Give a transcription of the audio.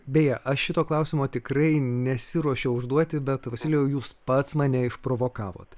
beje aš šito klausimo tikrai nesiruošiau užduoti bet vasilijau jūs pats mane išprovokavot